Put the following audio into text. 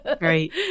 Right